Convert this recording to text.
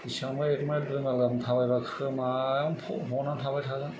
बिसिबांबा एक माइल दुइ माइल गाहाम थाबायबा खोमायावनो फना थाबाय थागोन